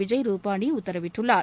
விஜய் ருபாளி உத்தரவிட்டுள்ளார்